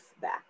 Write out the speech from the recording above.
back